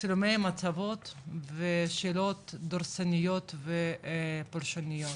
צילומי המצבות ושאלות דורסניות ופולשניות,